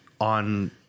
on